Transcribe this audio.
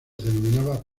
denominaba